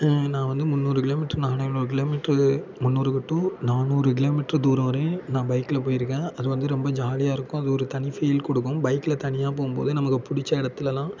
நான் வந்து முந்நூறு கிலோமீட்ரு நானுறு கிலோமீட்ரு முந்நூறு டு நானுறு கிலோமீட்ரு தூரம் வரையும் நான் பைக்கில் போய்ருக்கேன் அது வந்து ரொம்ப ஜாலியாக இருக்கும் அது ஒரு தனியாக ஃபீல் கொடுக்கும் பைக்கில் தனியாக போகும்போது நமக்கு பிடிச்ச இடத்துலலாம்